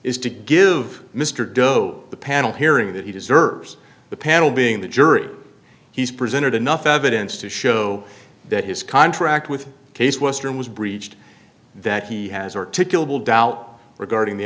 to give mr doe the panel hearing that he deserves the panel being the jury he's presented enough evidence to show that his contract with case western was breached that he has articulable doubt regarding the